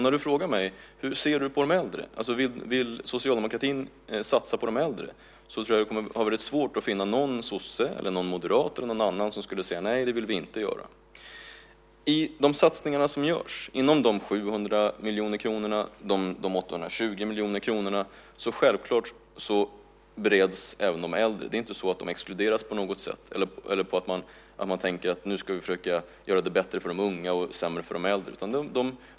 När du frågar mig om socialdemokratin vill satsa på de äldre får du svårt att finna någon sosse, moderat eller någon annan som säger: Nej, det vill vi inte göra. I de satsningar som görs, inom de 700 och 820 miljoner kronorna, bereds självklart även frågan om de äldre. Det är inte så att de exkluderas eller att man tänker att det nu ska bli bättre för de unga och sämre för de äldre.